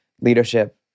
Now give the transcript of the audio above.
leadership